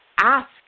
Ask